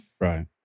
Right